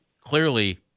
Clearly